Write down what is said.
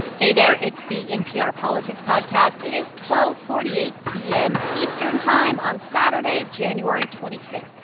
hey, there. it's the npr politics podcast. it is twelve forty eight p m. eastern time on saturday, january twenty five.